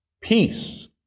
peace